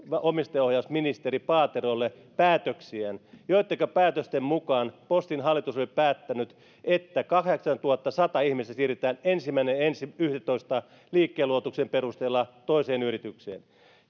omistajaohjausministeri paaterolle päätöksiään joittenka mukaan postin hallitus oli päättänyt että kahdeksantuhattasata ihmistä siirretään ensimmäinen yhdettätoista liikkeen luovutuksen perusteella toiseen yritykseen